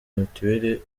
mitiweli